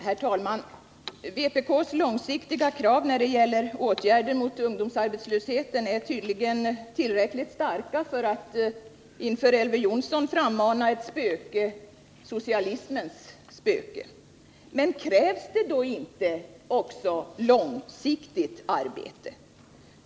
Herr talman! Vpk:s långsiktiga krav på åtgärder mot ungdomsarbetslösheten är tydligen tillräckligt starka för att inför Elver Jonsson frammana ett spöke — socialismens spöke. Men krävs det då inte också långsiktigt arbete?